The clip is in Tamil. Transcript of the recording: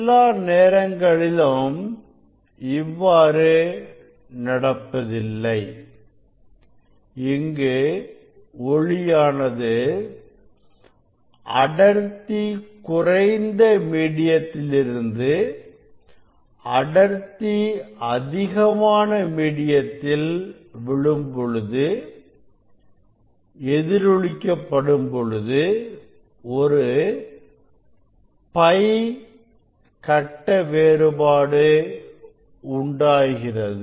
எல்லா நேரங்களிலும் இவ்வாறு நடப்பதில்லை இங்கு ஒளியானது அடர்த்தி குறைந்த மீடியத்தில் இருந்து அடர்த்தி அதிகமான மீடியத்தில் விழும் பொழுது எதிரொலிக்க படும்பொழுது ஒரு π கட்ட வேறுபாடு உண்டாகிறது